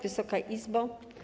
Wysoka Izbo!